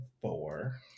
four